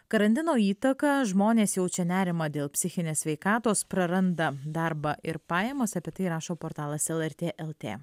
karantino įtaka žmonės jaučia nerimą dėl psichinės sveikatos praranda darbą ir pajamas apie tai rašo portalas lrt lt